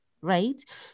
right